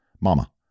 Mama